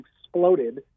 exploded